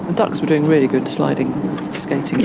ducks were doing really good sliding